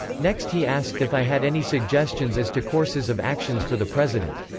next he asked if i had any suggestions as to courses of actions for the president.